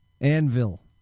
Anvil